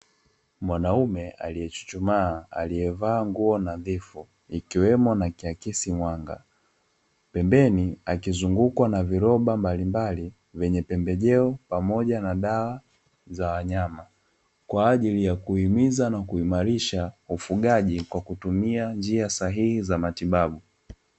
Mwanaume aliyechuchumaa aliyevaa nguo nadhifu, ikiwemo na kiakisi mwanga pembeni akizungukwa na viroba mbalimbali vyenye pembejeo pamoja na dawa za wanyama kwa ajili ya kuhimiza na kuimarisha ufugaji kwa kutumia njia sahihi za matibabu.